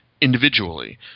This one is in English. individually